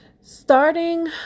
Starting